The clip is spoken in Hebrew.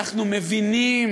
אנחנו מבינים